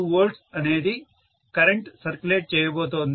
2V అనేది current circulate చేయబోతోంది